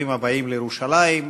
ברוכים הבאים לירושלים,